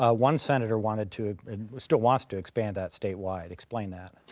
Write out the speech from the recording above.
ah one senator wanted to still wants to expand that state-wide. explain that.